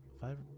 five